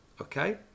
okay